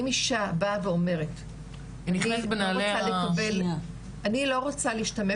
אם אישה באה ואומרת - אני לא רוצה להשתמש